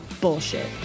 bullshit